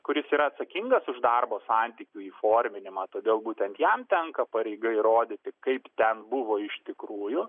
kuris yra atsakingas už darbo santykių įforminimą todėl būtent jam tenka pareiga įrodyti kaip ten buvo iš tikrųjų